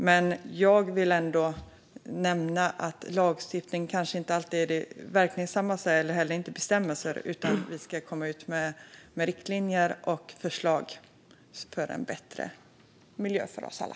Men jag vill ändå nämna att lagstiftning och bestämmelser kanske inte alltid är det mest verkningsfulla. Vi ska komma ut med riktlinjer och förslag för en bättre miljö för oss alla.